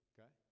Okay